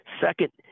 Second